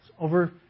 Over